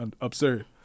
absurd